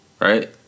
Right